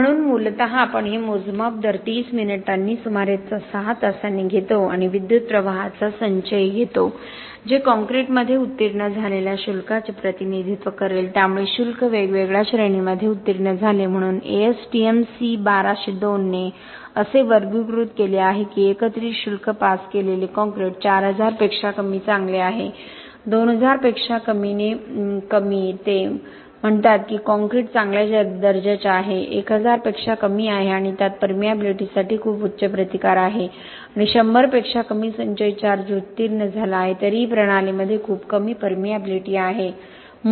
म्हणून मूलत आपण हे मोजमाप दर 30 मिनिटांनी सुमारे 6 तासांनी घेतो आणि विद्युत प्रवाहाचा संचयी घेतो जे कॉंक्रिटमध्ये उत्तीर्ण झालेल्या शुल्काचे प्रतिनिधित्व करेल त्यामुळे शुल्क वेगवेगळ्या श्रेणींमध्ये उत्तीर्ण झाले म्हणून ASTM C1202 ने असे वर्गीकृत केले आहे की एकत्रित शुल्क पास केलेले कॉंक्रिट 4000 पेक्षा कमी चांगले आहे 2000 पेक्षा कमी ते म्हणतात की कॉंक्रिट चांगल्या दर्जाचे आहे 1000 पेक्षा कमी आहे आणि त्यात परमिएबिलिटीसाठी खूप उच्च प्रतिकार आहे आणि 100 पेक्षा कमी संचयी चार्ज उत्तीर्ण झाला आहे तरीही प्रणालीमध्ये खूप कमी परमिएबिलिटी आहे